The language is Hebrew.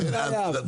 לא חייב.